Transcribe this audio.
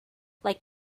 like